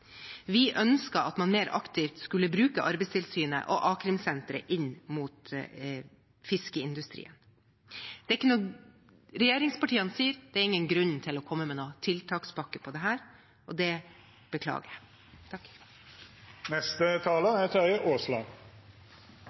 Vi ønsker at man mer aktivt skal bruke Arbeidstilsynet og a-krimsenteret inn mot fiskeindustrien. Regjeringspartiene sier: Det er ingen grunn til å komme med noen tiltakspakke for dette. Det beklager jeg. En ting vi er